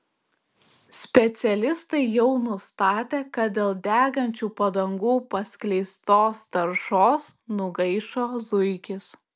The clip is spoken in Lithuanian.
specialistai jau nustatė kad dėl degančių padangų paskleistos taršos nugaišo zuikis